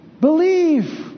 believe